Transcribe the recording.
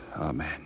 Amen